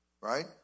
Right